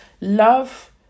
love